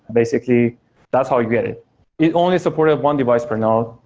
basically that's how you get it it only supported one device per node.